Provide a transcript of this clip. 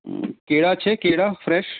કેળાં છે કેળાં ફ્રેશ